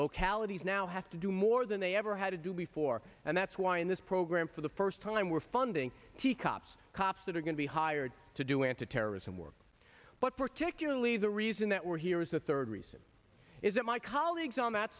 localities now have to do more than they ever had to do before and that's why in this program for the first time we're funding teacups cops that are going to be hired to do anti terrorism work but particularly the reason that we're here is the third reason is that my colleagues on that